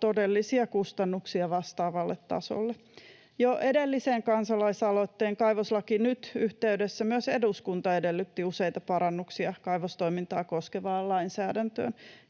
todellisia kustannuksia vastaavalle tasolle. Jo edellisen kansalaisaloitteen, Kaivoslaki Nyt, yhteydessä myös eduskunta edellytti kaivostoimintaa koskevaan lainsäädäntöön